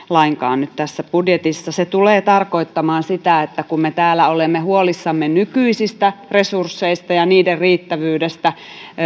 lainkaan tässä budjetissa se tulee tarkoittamaan sitä että kun me täällä olemme huolissamme nykyisistä resursseista ja niiden riittävyydestä